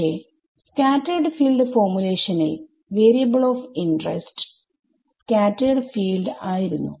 പക്ഷെ scattered field ഫോർമുലേഷനിൽ variable of interest scattered field ആയിരുന്നു